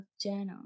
journal